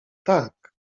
tak